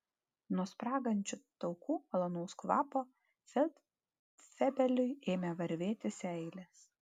nuo spragančių taukų malonaus kvapo feldfebeliui ėmė varvėti seilės